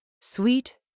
sweet